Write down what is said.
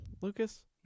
Lucas